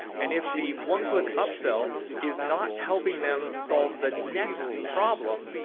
and if the one click upsell is not helping them solve the next problem,